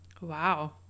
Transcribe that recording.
Wow